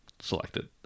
selected